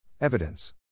Evidence